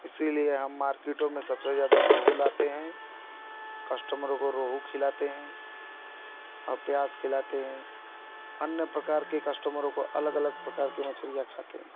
इसलिए हम मार्किटों में सबसे ज़्यादा रोहू लाते हैं कस्टमरों को रोहू खिलाते हैं और प्यासी खिलाते हैं अन्य प्रकार के कस्टमरों को अलग अलग प्रकार मछलियाँ खाते हैं